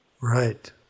Right